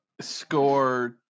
score